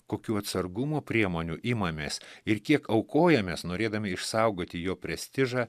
kokių atsargumo priemonių imamės ir kiek aukojamės norėdami išsaugoti jo prestižą